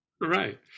right